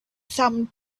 some